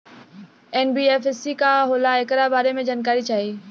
NBFC का होला ऐकरा बारे मे जानकारी चाही?